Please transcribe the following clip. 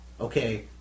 Okay